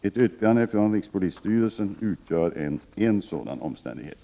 Ett yttrande från rikspolisstyrelsen utgör en sådan omständighet.